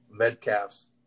medcalf's